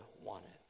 wanted